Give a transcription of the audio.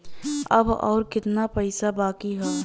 अब अउर कितना पईसा बाकी हव?